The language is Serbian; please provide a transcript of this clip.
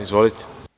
Izvolite.